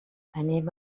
anem